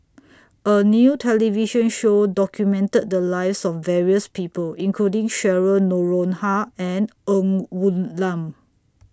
A New television Show documented The Lives of various People including Cheryl Noronha and Ng Woon Lam